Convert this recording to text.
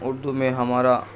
اردو میں ہمارا